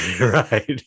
Right